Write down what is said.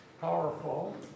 powerful